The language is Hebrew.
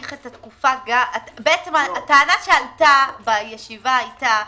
הטענה שעלתה בישיבה היתה,